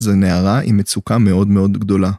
‫זו נערה עם מצוקה מאוד מאוד גדולה.